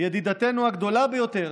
ידידתנו הגדולה ביותר.